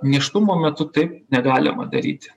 nėštumo metu taip negalima daryti